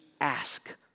ask